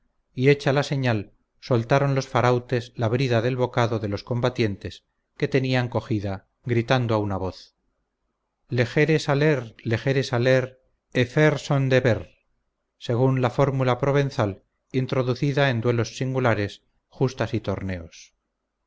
y hecha la señal soltaron los farautes la brida del bocado de los combatientes que tenían cogida gritando a una voz legeres aller legeres aller e fair son deber según la fórmula provenzal introducida en duelos singulares justas y torneos